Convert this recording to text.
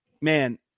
man